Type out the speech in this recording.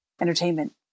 entertainment